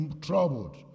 troubled